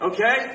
Okay